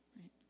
right